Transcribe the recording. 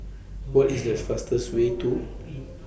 What IS The fastest Way to